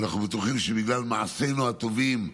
ואנחנו בטוחים שבגלל מעשינו הטובים,